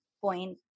point